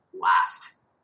last